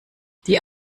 die